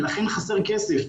לכן חסר כסף.